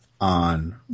on